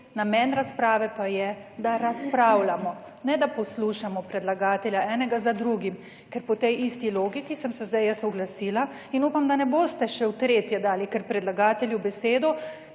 namen razprave pa je, da razpravljamo. Ne, da poslušamo predlagatelja enega za drugim, ker po tej isti logiki sem se zdaj jaz oglasila in upam, da ne boste še v tretje dali, ker predlagatelju besedo,